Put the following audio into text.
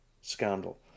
scandal